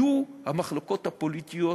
יהיו המחלוקות הפוליטיות